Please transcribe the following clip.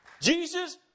Jesus